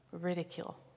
ridicule